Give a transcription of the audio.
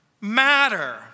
matter